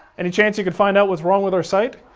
and chance you can find out what's wrong with our site